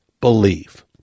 believe